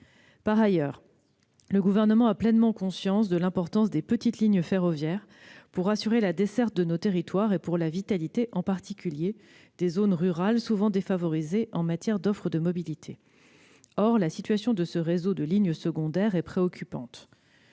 Par ailleurs, le Gouvernement a pleinement conscience de l'importance des petites lignes ferroviaires pour assurer la desserte de nos territoires et pour la vitalité, en particulier, des zones rurales, souvent défavorisées en matière d'offre de mobilités. Or la situation de ce réseau de lignes secondaires est préoccupante.